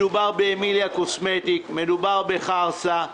מדובר באמיליה קוסמטיקס, מדובר בחרסה.